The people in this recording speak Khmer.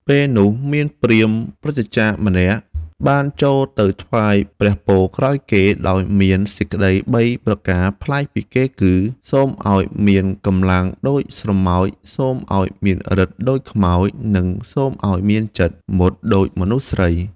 ពេលនោះ មានព្រាហ្មណ៍ព្រឹទ្ធាចារ្យម្នាក់ បានចូលទៅថ្វាយព្រះពរក្រោយគេ ដោយមានសេចក្តី ៣ ប្រការប្លែកពីគឺ សូមឲ្យមានកម្លាំងដូចស្រមោច សូមឲ្យមានឫទ្ធិដូចខ្មោច និងសូមឲ្យមានចិត្តមុតដូចមនុស្សស្រី។